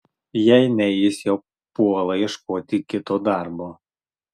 jei ne jis jau puola ieškoti kito darbo